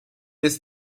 ist